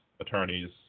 attorneys